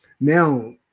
now